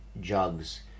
jugs